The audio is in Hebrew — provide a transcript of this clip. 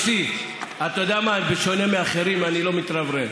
יוסי, אתה יודע מה, בשונה מאחרים, אני לא מתרברב.